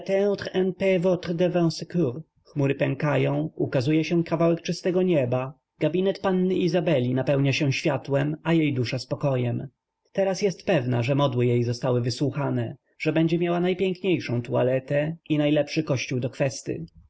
chmury pękają ukazuje się kawałek czystego błękitu gabinet panny izabeli napełnia się światłem a jej dusza spokojem teraz jest pewna że modły jej zostały wysłuchane że będzie miała najpiękniejszą tualetę i najlepszy kościół do kwesty